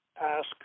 ask